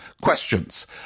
questions